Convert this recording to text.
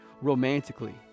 romantically